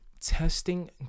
testing